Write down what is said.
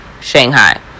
shanghai